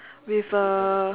with a